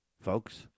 folks